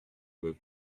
were